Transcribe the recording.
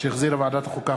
שהחזירה ועדת החוקה,